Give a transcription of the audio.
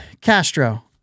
Castro